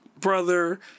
brother